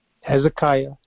Hezekiah